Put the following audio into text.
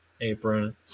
apron